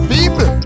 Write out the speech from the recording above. People